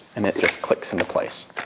and it just clicks into place.